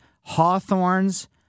hawthorns